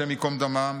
השם ייקום דמם,